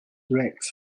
rex